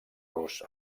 los